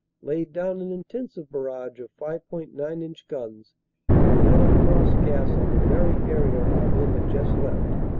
laid down an intensive barrage of five point nine inch guns and yellow cross gas on the very area our men had just left,